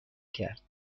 کرد